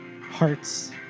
Hearts